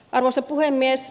arvoisa puhemies